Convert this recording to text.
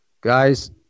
Guys